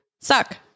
Suck